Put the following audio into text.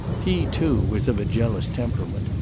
he, too, was of a jealous temperament,